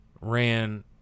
ran